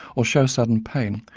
or show sudden pain,